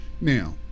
Now